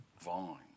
vine